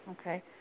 Okay